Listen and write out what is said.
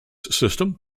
system